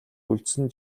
үлдсэн